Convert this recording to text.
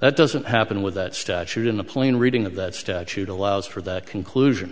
that doesn't happen with that statute in the plain reading of that statute allows for that conclusion